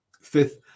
fifth